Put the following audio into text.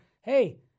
hey